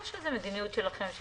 או שזו מדיניות שלכם,